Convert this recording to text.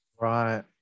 Right